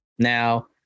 Now